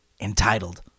entitled